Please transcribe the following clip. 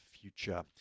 future